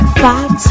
five